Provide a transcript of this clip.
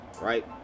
right